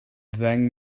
ddeng